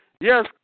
yes